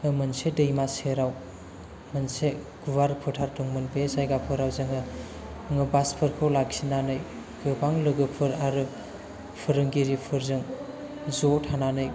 मोनसे दैमा सेराव मोनसे गुवार फोथार दंमोन बे जायगाफोराव जोङो बासफोरखौ लाखिनानै गोबां लोगोफोर आरो फोरोंगिरिफोरजों ज' थानानै